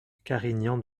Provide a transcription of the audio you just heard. carignan